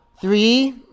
Three